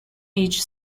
age